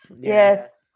Yes